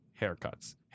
haircuts